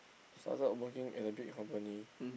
started working at a big company